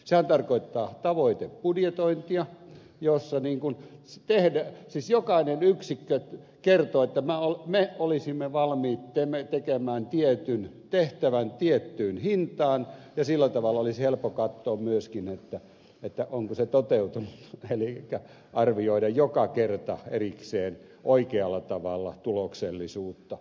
sehän tarkoittaa tavoitebudjetointia jossa siis jokainen yksikkö kertoo että me olisimme valmiit tekemään tietyn tehtävän tiettyyn hintaan ja sillä tavalla olisi helppo katsoa myöskin onko se toteutunut elikkä arvioida joka kerta erikseen oikealla tavalla tuloksellisuutta